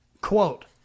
Quote